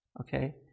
Okay